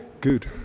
good